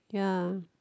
ya